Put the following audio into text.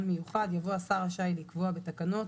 מיוחד" יבוא "השר רשאי לקבוע בתקנות,